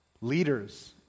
leaders